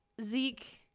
Zeke